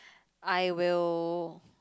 I will